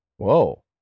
Whoa